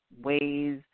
ways